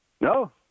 No